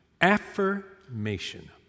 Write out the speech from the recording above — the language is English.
Affirmation